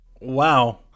Wow